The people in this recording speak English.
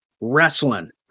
wrestling